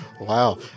Wow